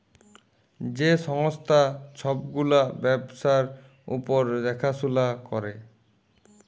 যে সংস্থা ছব গুলা ব্যবসার উপর দ্যাখাশুলা ক্যরে